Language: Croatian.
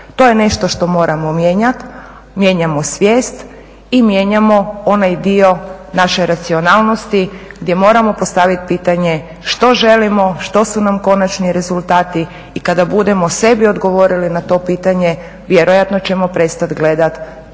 To je nešto što moramo mijenjati, mijenjamo svijest i mijenjamo onaj dio naše racionalnosti gdje moramo postaviti pitanje što želimo, što su nam konačni rezultati. I kada budemo sebi odgovorili na to pitanje vjerojatno ćemo prestati gledati tko